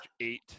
eight